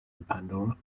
pandora